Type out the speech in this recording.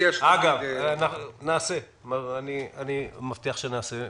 אגב, נעשה את זה, אני מבטיח שנעשה.